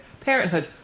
Parenthood